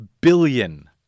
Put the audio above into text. billion